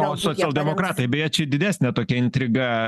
o socialdemokratai beje čia didesnė tokia intriga